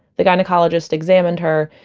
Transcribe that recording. the gynecologist examined her,